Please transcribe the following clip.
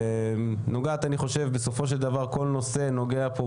ועדה שנוגעת בסופו של דבר בכל נושא פה,